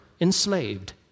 enslaved